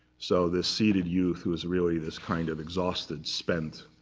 so the seated youth was really this kind of exhausted, spent,